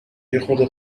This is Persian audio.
یخورده